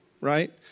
right